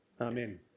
Amen